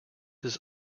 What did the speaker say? his